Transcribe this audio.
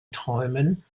träumen